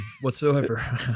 whatsoever